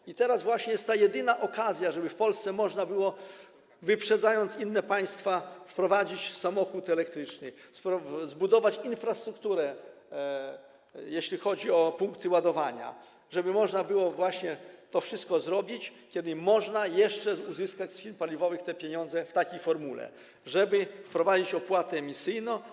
I teraz właśnie jest ta jedyna okazja, żeby w Polsce można było, wyprzedzając inne państwa, wprowadzić samochód elektryczny, zbudować infrastrukturę, jeśli chodzi o punkty ładowania, żeby można było właśnie to wszystko zrobić, kiedy jeszcze można uzyskać od firm paliwowych te pieniądze w takiej formule, żeby wprowadzić opłatę emisyjną.